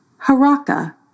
Haraka